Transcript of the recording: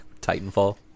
Titanfall